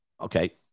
Okay